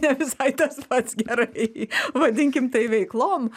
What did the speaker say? ne visai tas pats gerai vadinkim tai veiklom